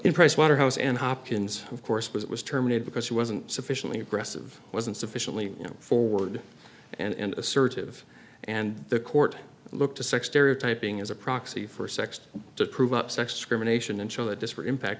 in price waterhouse and hopkins of course was it was terminated because she wasn't sufficiently aggressive wasn't sufficiently forward and assertive and the court look to sex stereotyping as a proxy for sex to prove up sex discrimination and show the disparate impact